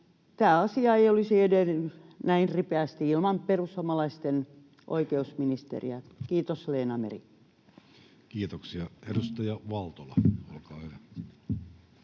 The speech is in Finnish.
tämä asia ei olisi edennyt näin ripeästi ilman perussuomalaista oikeusministeriä. Kiitos, Leena Meri! Kiitoksia. — Edustaja Valtola, olkaa hyvä.